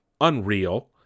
unreal